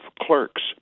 clerks